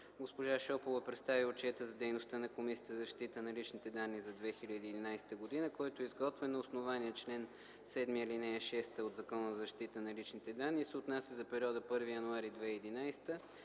Госпожа Шопова представи Отчета за дейността на Комисията за защита на личните данни за 2011 г., който е изготвен на основание чл. 7, ал. 6 от Закона за защита на личните данни и се отнася за периода 1 януари 2011 г.